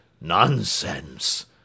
Nonsense